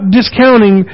discounting